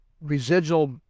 residual